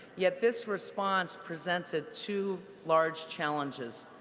yet this response presents ah two large challenges.